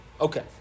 Okay